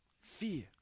Fear